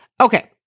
Okay